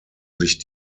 sich